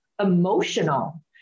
emotional